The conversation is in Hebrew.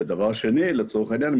ודבר שני לצורך העניין,